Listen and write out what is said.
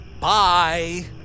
Bye